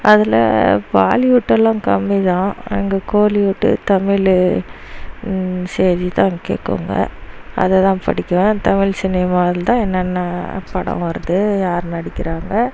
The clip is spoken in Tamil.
அதில் பாலிவுட்டெல்லாம் கம்மி தான் எங்கள் கோலிவுட்டு தமிழ் செய்தி தான் கேட்குவேங்க அதை தான் படிக்குவேன் தமிழ் சினிமாவில் தான் என்னென்ன படம் வருது யார் நடிக்கிறாங்க